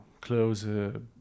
close